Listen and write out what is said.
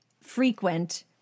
frequent